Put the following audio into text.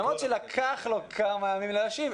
-- למרות שלקחו לו כמה ימים להשיב,